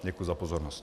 Děkuji za pozornost.